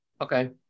Okay